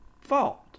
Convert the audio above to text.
fault